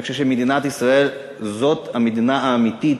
אני חושב שמדינת ישראל זאת המדינה האמיתית